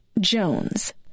Jones